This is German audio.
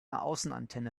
außenantenne